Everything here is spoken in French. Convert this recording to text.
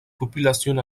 populations